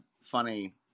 funny